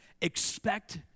Expect